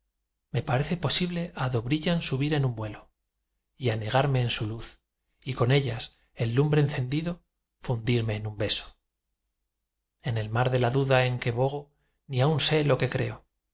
me parece posible á do brillan subir en un vuelo y anegarme en su luz y con ellas en lumbre encendido fundirme en un beso en el mar de la duda en que bogo ni aun sé lo que creo